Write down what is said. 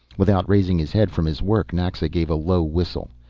without raising his head from his work, naxa gave a low whistle.